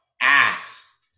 ass